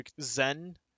Zen